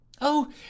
Oh